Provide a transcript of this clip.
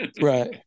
Right